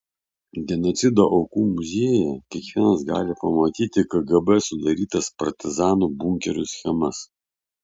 genocido aukų muziejuje kiekvienas gali pamatyti kgb sudarytas partizanų bunkerių schemas